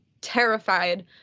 terrified